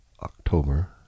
October